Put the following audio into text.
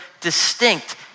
distinct